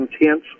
intense